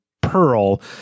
pearl